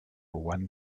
one